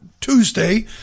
Tuesday